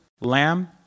lamb